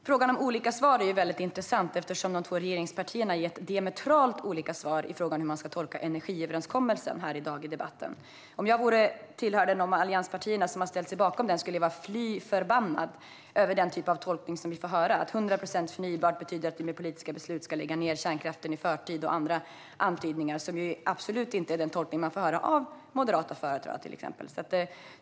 Fru talman! Frågan om olika svar är väldigt intressant, eftersom de två regeringspartierna i dagens debatt gett diametralt olika svar på frågan om hur man ska tolka energiöverenskommelsen. Om jag tillhörde de allianspartier som ställt sig bakom den skulle jag vara fly förbannad över den typ av tolkning som vi får höra, att 100 procent förnybart betyder att vi med politiska beslut ska lägga ned kärnkraften i förtid. Det har också kommit andra antydningar. Detta är absolut inte den tolkning man får höra av till exempel moderata företrädare.